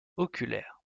oculaire